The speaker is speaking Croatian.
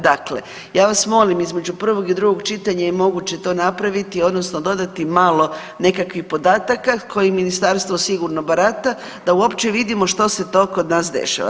Dakle, ja vas molim između prvog i drugog čitanja je moguće to napraviti, odnosno dodati malo nekakvih podataka kojima ministarstvo sigurno barata, da uopće vidimo što se to kod nas dešava.